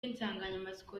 insanganyamatsiko